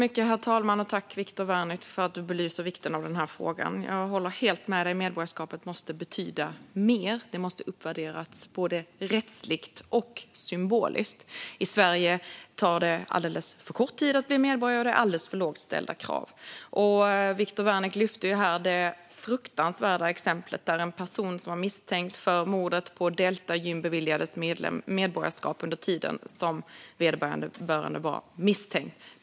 Herr talman! Tack, Viktor Wärnick, för att du belyser vikten av denna fråga! Jag håller helt med dig - medborgarskapet måste betyda mer. Det måste uppvärderas både rättsligt och symboliskt. I Sverige tar det alldeles för kort tid att bli medborgare, och kraven är alldeles för lågt ställda. Viktor Wärnick lyfte det fruktansvärda exemplet med en person som var misstänkt för mordet på Delta Gym, som beviljades medborgarskap under tiden som vederbörande var misstänkt.